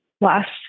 last